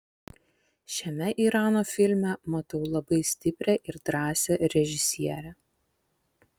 šiame irano filme matau labai stiprią ir drąsią režisierę